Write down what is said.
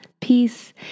Peace